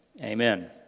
amen